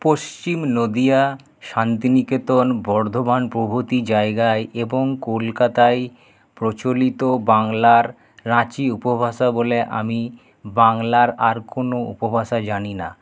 পশ্চিম নদিয়া শান্তিনিকেতন বর্ধমান প্রভৃতি জায়গায় এবং কলকাতায় প্রচলিত বাংলার রাঁচি উপভাষা বলে আমি বাংলার আর কোনো উপভাষা জানি না